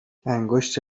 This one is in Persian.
انگشت